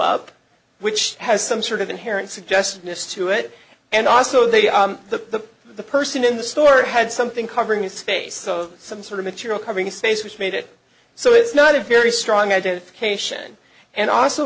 up which has some sort of inherent suggestiveness to it and also they the the person in the store had something covering his face some sort of material covering his face which made it so it's not a very strong identification and also